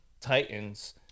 Titans